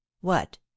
What